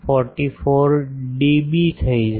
44 dB થઈ જશે